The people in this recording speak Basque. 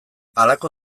halako